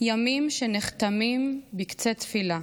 ימים שנחתמים / בקצה תפילה.